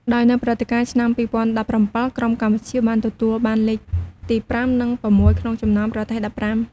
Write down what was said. ដោយនៅព្រឹត្តិការណ៍ឆ្នាំ ២០១៧ ក្រុមកម្ពុជាបានទទួលបានលេខទី ៥ និង ៦ ក្នុងចំណោមប្រទេស ១៥។